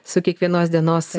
su kiekvienos dienos